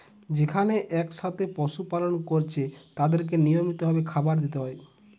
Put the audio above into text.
যেখানে একসাথে পশু পালন কোরছে তাদেরকে নিয়মিত ভাবে খাবার দিতে হয়